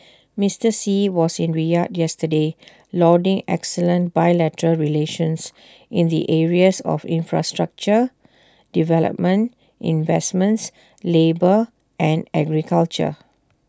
Mister Xi was in Riyadh yesterday lauding excellent bilateral relations in the areas of infrastructure development investments labour and agriculture